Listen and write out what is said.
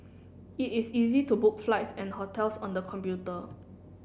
it is easy to book flights and hotels on the computer